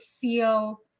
feel